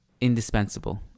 indispensable